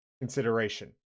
consideration